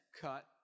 cut